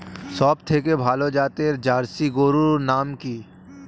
সবথেকে ভালো জাতের জার্সি গরুর নাম কি?